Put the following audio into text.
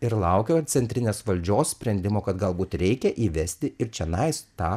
ir laukia centrinės valdžios sprendimo kad galbūt reikia įvesti ir čionais tą